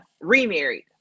remarried